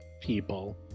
people